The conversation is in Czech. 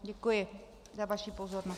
Děkuji za vaši pozornost.